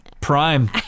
Prime